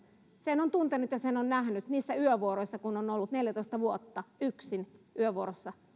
sen on tuntenut ja sen on nähnyt niissä yövuoroissa kun olen ollut neljätoista vuotta yksin yövuorossa